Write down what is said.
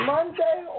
Monday